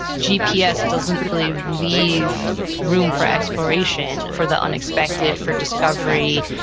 gps doesn't really leave room for exploration, for the unexpected, for discovery.